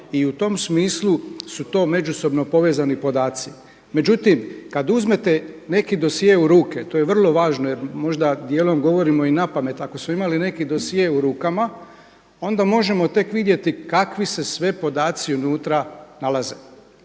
i u tom smislu su to međusobno povezani podaci. Međutim, kad uzmete neki dosje u ruke to je vrlo važno, jer možda dijelom govorimo i na pamet. Ako smo imali neki dosje u rukama onda možemo tek vidjeti kakvi se sve podaci unutra nalaze.